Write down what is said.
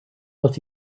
but